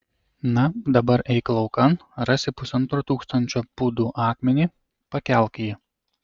na dabar eik laukan rasi pusantro tūkstančio pūdų akmenį pakelk jį